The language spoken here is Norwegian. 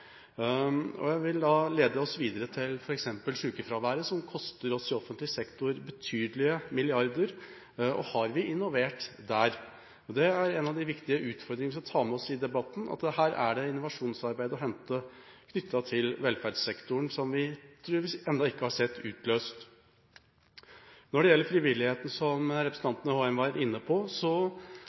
Jeg vil da lede oss videre til f.eks. sykefraværet, som i offentlig sektor koster oss betydelige milliarder kroner, og har vi innovert der? Det er en av de viktige utfordringer vi må ta med oss til debatten, at det i velferdssektoren er en innovasjonsgevinst å hente som vi tydeligvis ennå ikke har sett utløst. Når det gjelder frivilligheten, som representanten Håheim var inne på,